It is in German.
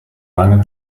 lange